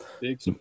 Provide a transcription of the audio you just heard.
Big